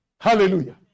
Hallelujah